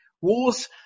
Wars